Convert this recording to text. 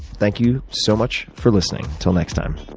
thank you so much for listening. until next time,